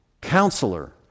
Counselor